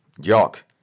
Jock